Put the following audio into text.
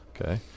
Okay